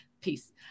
Peace